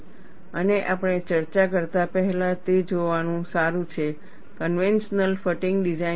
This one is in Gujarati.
અને આપણે ચર્ચા કરતા પહેલા તે જોવાનું સારું છે કન્વેન્શનલ ફટીગ ડિઝાઇન શું છે